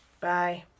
Bye